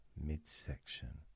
midsection